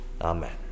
Amen